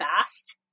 fast